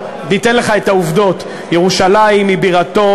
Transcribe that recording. ניתן לך את העובדות: ירושלים היא בירתו